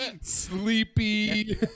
Sleepy